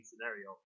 scenario